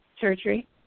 surgery